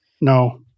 No